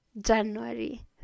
January